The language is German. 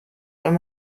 wenn